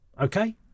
okay